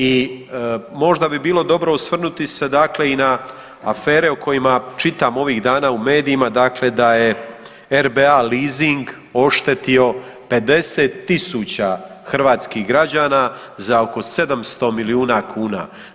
I možda bi bilo dobro osvrnuti se i na afere o kojima čitamo ovih dana u medijima da je RBA Leasing oštetio 50.000 hrvatskih građana za oko 700 milijuna kuna.